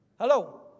Hello